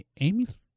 Amy's